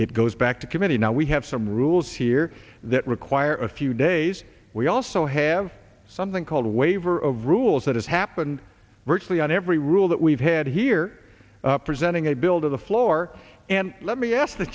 it goes back to committee now we have some rules here that require a few days we also have something called a waiver of rules that has happened virtually on every rule that we've had here presenting a bill to the floor and let me ask the